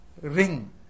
ring